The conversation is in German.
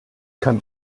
kann